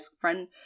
friend